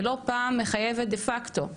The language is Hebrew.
ולא פעם מחייבת דה פקטו.